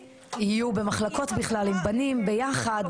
--- יהיו במחלקות בכלל עם בנים ביחד,